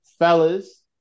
Fellas